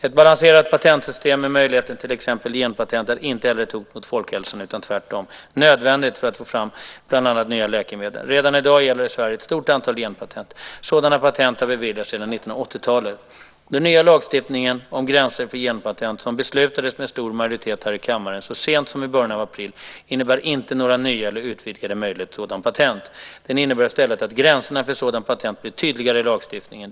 Ett balanserat patentsystem med möjligheter till exempelvis genpatent är inte heller ett hot mot folkhälsan utan tvärtom nödvändigt för att få fram bland annat nya läkemedel. Redan i dag gäller i Sverige ett stort antal genpatent. Sådana patent har beviljats sedan 1980-talet. Den nya lagstiftningen om gränser för genpatent, proposition 2003/04:55, som beslutades med stor majoritet här i kammaren så sent som i början av april innebär inte några nya eller utvidgade möjligheter till sådana patent. Den innebär i stället att gränserna för sådana patent blir tydligare i lagstiftningen.